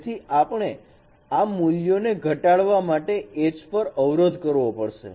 જેથી આપણે આ મૂલ્યોને ઘટાડવા માટે h પર અવરોધ કરવો પડશે